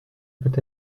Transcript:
peut